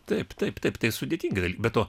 taip taip taip tai sudėtinga be to